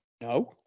No